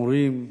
מורים,